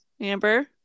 Amber